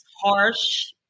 harsh